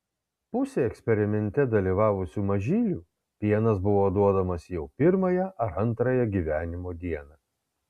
pusei eksperimente dalyvavusių mažylių pienas buvo duodamas jau pirmąją ar antrąją gyvenimo dieną